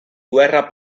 guerra